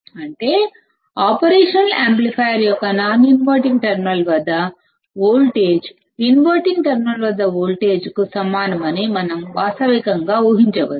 అంటే operational amplifier యొక్క non inverting terminal వద్ద వోల్టేజ్ ఇన్వర్టింగ్ టెర్మినల్ వద్ద వోల్టేజ్ కు సమానమని మనం వాస్తవికంగా ఊహించవచ్చు